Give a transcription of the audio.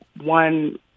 one